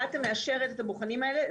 רת"א מאשרת את הבוחנים האלה.